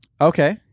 Okay